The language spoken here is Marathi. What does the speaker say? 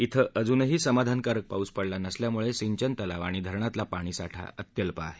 इथं अजूनही समाधानकारक पाऊस पडला नसल्यामुळे सिंचन तलाव आणि धरणातला पाणीसाठा अत्यल्प आहे